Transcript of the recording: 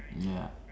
ya